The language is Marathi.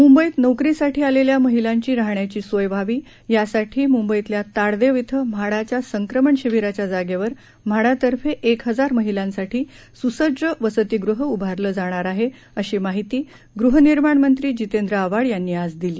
मुंबईत नोकरीसाठी आलेल्या महिलांची राहण्याची सोय व्हावी यासाठी मुंबईत्या ताडदेव इथं म्हाडाच्या संक्रमण शिबिराच्या जागेवर म्हाडातर्फे एक हजार महिलांसाठी सुसज्ज वसतिगृह उभारलं जाणार आहे अशी माहिती गृहनिर्माण मंत्री जितेंद्र आव्हाड यांनी आज दिली